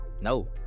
No